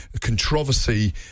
Controversy